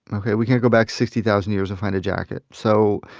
ok? we can't go back sixty thousand years and find a jacket. so